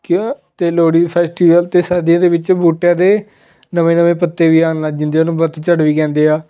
ਕਿਉਂ ਅਤੇ ਲੋਹੜੀ ਫੈਸਟੀਵਲ 'ਤੇ ਸਰਦੀਆਂ ਦੇ ਵਿੱਚ ਬੂਟਿਆਂ ਦੇ ਨਵੇਂ ਨਵੇਂ ਪੱਤੇ ਵੀ ਆਉਣ ਲੱਗ ਜਾਂਦੇ ਆ ਉਹਨੂੰ ਪੱਤਝੜ ਵੀ ਕਹਿੰਦੇ ਆ